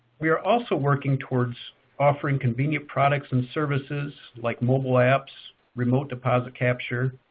we are also working towards offering convenient products and services, like mobile apps, remote deposit capture,